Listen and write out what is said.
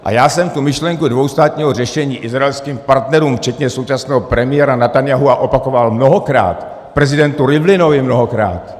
A já jsem tu myšlenku dvoustátního řešení izraelským partnerům včetně současného premiéra Netanjahua opakoval mnohokrát, prezidentu Rivlinovi mnohokrát.